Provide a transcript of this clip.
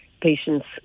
patients